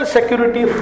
Security